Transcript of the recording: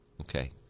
Okay